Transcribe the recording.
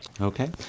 Okay